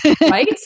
Right